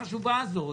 עוד לא שילמנו מספיק.